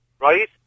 right